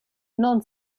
non